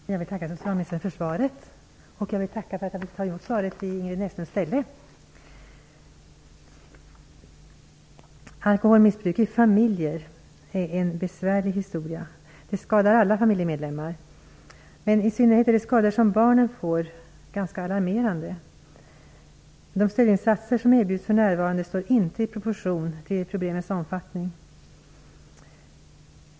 Herr talman! Jag tackar socialministern för svaret, och för att jag i Ingrid Näslunds ställe får ta emot det. Alkoholmissbruk i familjer är en besvärlig historia. Det skadar alla familjemedlemmar, och de skador som i synnerhet barnen får är alarmerande. De stödinsatser som erbjuds för närvarande står inte i proportion till problemets omfattning.